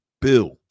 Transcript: bill